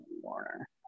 Warner